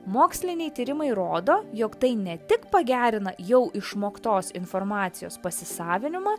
moksliniai tyrimai rodo jog tai ne tik pagerina jau išmoktos informacijos pasisavinimą